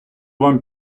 вам